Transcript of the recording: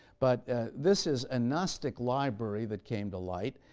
but this is a gnostic library that came to light.